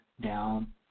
down